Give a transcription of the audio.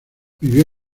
vivió